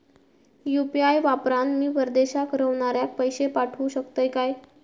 UPI वापरान मी परदेशाक रव्हनाऱ्याक पैशे पाठवु शकतय काय?